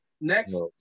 Next